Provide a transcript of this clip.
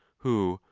who,